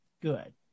good